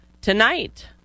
tonight